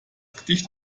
gedicht